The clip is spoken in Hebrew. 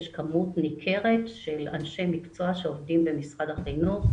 יש כמות ניכרת של אנשי מקצוע שעובדים במשרד החינוך,